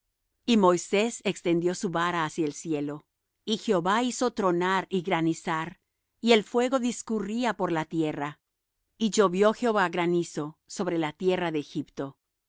y moisés extendió su vara hacia el cielo y jehová hizo tronar y granizar y el fuego discurría por la tierra y llovió jehová granizo sobre la tierra de egipto